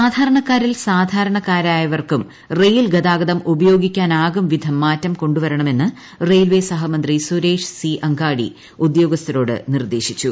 സാധാരണക്കാരിൽ സാധാരണക്കാരായവർക്കും റയിൽ ഗതാഗതം ഉപയോഗിക്കാനാകും വിധം മാറ്റം കൊണ്ടുവരണമെന്ന് റയിൽവേ സഹമന്ത്രി സുരേഷ് സി അങ്കാടി ഉദ്യോഗസ്ഥരോട് നിർദ്ദേശിച്ചു